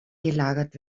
gelagert